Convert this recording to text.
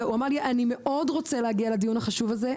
והוא אמר לי אני מאוד רוצה להגיע לדיון החשוב הזה,